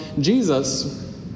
Jesus